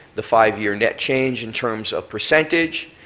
the five-year net change in terms of percentage,